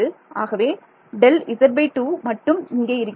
ஆகவே Δz2 மட்டும் இப்போது இருக்கிறது